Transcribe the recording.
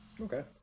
okay